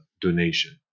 donation